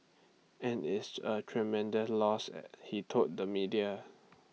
and IT is A loss he told the media